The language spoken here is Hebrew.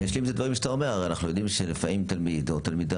אני אשלים את הדברים שאתה אומר: אנחנו יודעים שלפעמים תלמיד או תלמידה